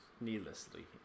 needlessly